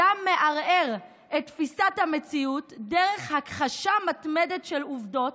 שבו אדם מערער את תפיסת המציאות דרך הכחשה מתמדת של עובדות,